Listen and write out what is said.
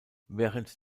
während